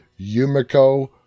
Yumiko